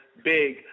big